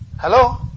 Hello